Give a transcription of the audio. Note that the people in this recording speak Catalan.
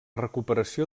recuperació